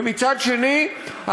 ומצד שני,